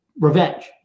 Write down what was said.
revenge